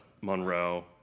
Monroe